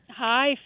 Hi